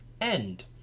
end